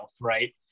Right